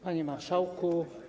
Panie Marszałku!